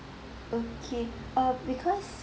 okay uh because